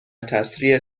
تسریع